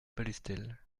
palestel